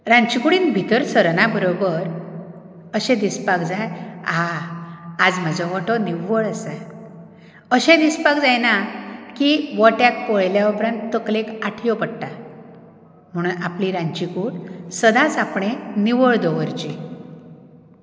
रांदची कुडीन भितर सरना बरोबर अशें दिसपाक जाय आह आज म्हजो ओटो निव्वळ आसा अशें दिसपाक जायना की ओट्याक पळयल्या उपरान तकलेक आटयो पडटात म्हणून आपली रांदची कूड सदांच आपणें निवळ दवरची